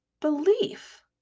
belief